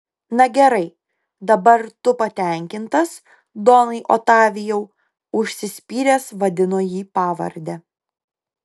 na gerai dabar tu patenkintas donai otavijau užsispyręs vadino jį pavarde